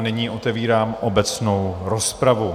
Nyní otevírám obecnou rozpravu.